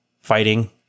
fighting